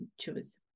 choose